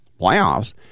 playoffs